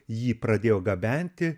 jį pradėjo gabenti